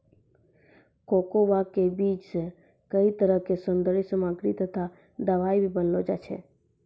cocoa के बीज सॅ कई तरह के सौन्दर्य सामग्री तथा दवाई भी बनैलो जाय छै